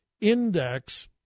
index